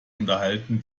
unterhalten